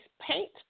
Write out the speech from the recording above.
paint